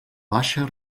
baixa